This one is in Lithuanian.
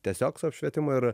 tiesiog su apšvietimu ir